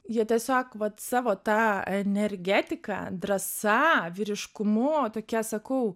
jie tiesiog vat savo ta energetika drąsa vyriškumu tokie sakau